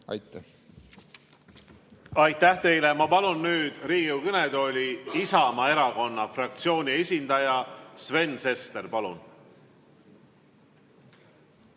Aitäh teile! Ma palun nüüd Riigikogu kõnetooli Isamaa Erakonna fraktsiooni esindaja Sven Sesteri.